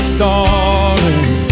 darling